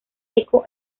eco